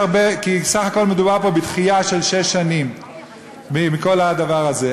בסך הכול מדובר פה בדחייה של שש שנים בכל הדבר הזה.